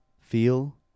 Feel